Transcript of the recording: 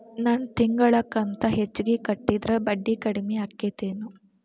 ನನ್ ತಿಂಗಳ ಕಂತ ಹೆಚ್ಚಿಗೆ ಕಟ್ಟಿದ್ರ ಬಡ್ಡಿ ಕಡಿಮಿ ಆಕ್ಕೆತೇನು?